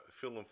film